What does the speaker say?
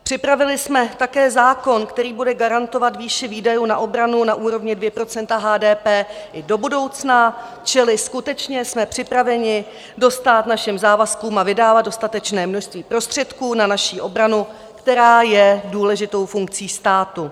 Připravili jsme také zákon, který bude garantovat výši výdajů na obranu na úrovni 2 % HDP i do budoucna, čili skutečně jsme připraveni dostát našim závazkům a vydávat dostatečné množství prostředků na naši obranu, která je důležitou funkcí státu.